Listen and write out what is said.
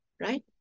right